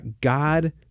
God